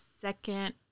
second